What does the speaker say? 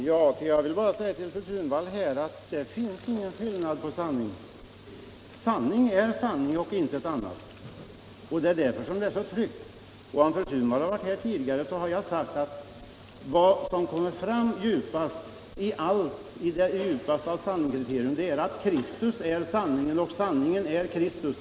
Herr talman! Jag vill bara säga till fru Thunvall att det inte finns någon skillnad när det gäller sanningen. Sanning är sanning och intet annat. Om fru Thunvall lyssnat på mitt anförande hade hon hört att jag sade att det djupaste sanningskriteriet är att Kristus är sanningen och sanningen är Kristus.